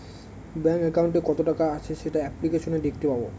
bank একাউন্টে কত টাকা আছে সেটা অ্যাপ্লিকেসনে দেখাতে পাবো